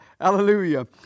hallelujah